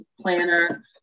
planner